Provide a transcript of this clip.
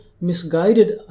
misguided